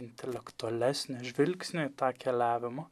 intelektualesnio žvilgsnio į tą keliavimą